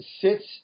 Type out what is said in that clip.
sits